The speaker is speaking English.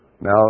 Now